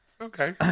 Okay